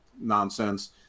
nonsense